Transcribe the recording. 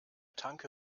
tanke